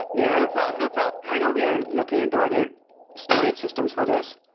no problem. no problem i know we are looking into other storage systems for this,